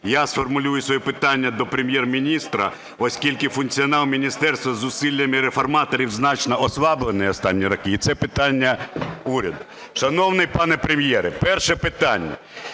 я сформулюю своє питання до Прем'єр-міністра, оскільки функціонал міністерства зусиллями реформаторів значно ослаблений останні роки, і це питання уряду. Шановний пане Прем'єре, перше питання.